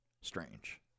Strange